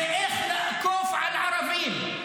-- זה איך לאכוף על ערבים.